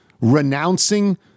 renouncing